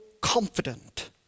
confident